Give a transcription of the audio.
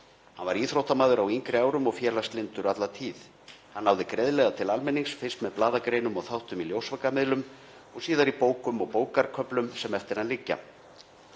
Hann var íþróttamaður á yngri árum og félagslyndur alla tíð. Hann náði greiðlega til almennings, fyrst með blaðagreinum og þáttum í ljósvakamiðlum og síðar í bókum og bókarköflum sem eftir hann liggja.